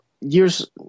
years